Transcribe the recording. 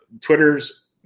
Twitter's